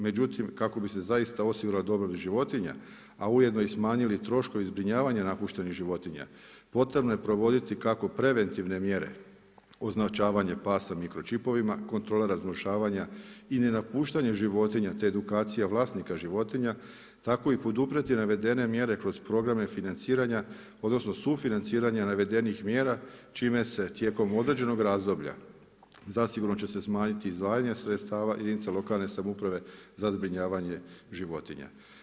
Međutim, kako bi se zaista osiguralo dobrobit životinja, a ujedinio smanjili troškovi zbrinjavanja napuštenih životinja, potrebno je provoditi kako preventivne mjere označavanje pasa mikročipovima, kontrola razglašavanja i ne napuštanje životinja, te edukacija vlasnika životinja, tako i poduprijeti navedene mjere kroz programe financiranja, odnosno, sufinanciranja navedenih mjera, čime se tijekom određenog razdoblja, zasigurno će se smanjiti izdavanje sredstava jedinica lokalne samouprave za zbrinjavanje životinja.